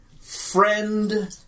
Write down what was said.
friend